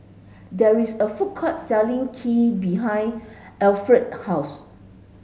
there is a food court selling Kheer behind Efren house